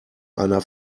einer